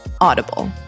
Audible